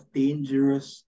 dangerous